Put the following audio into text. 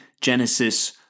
Genesis